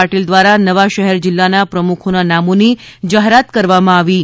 પાટીલ દ્વારા નવા શહેર જિલ્લા પ્રમુખોના નામોની જાહેરાત કરવામાં આવી છે